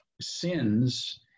sins